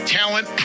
talent